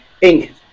Ink